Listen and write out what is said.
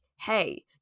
hey